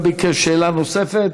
שגם ביקש שאלה נוספת.